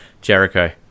Jericho